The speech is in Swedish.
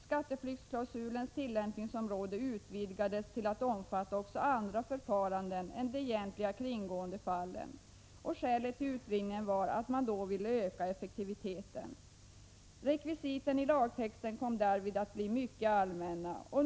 Skatteflyktsklausulens tillämpningsområde utvidgades till att omfatta också andra förfaranden än de egentliga kringgåendefallen. Skälet till utvidgningen var att man då ville öka effektiviteten. Rekvisiten i lagtexten kom därvid att bli mycket allmänna.